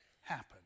happen